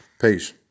Peace